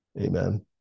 Amen